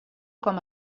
com